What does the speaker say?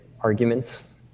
arguments